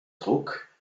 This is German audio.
druck